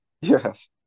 yes